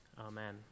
amen